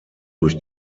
durch